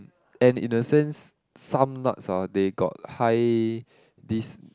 and in the sense some nuts hor they got high this